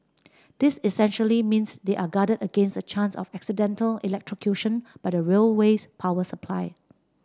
this essentially means they are guarded against the chance of accidental electrocution by the railway's power supply